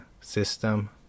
system